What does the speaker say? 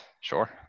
Sure